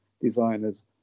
designers